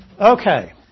Okay